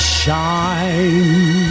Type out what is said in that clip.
shine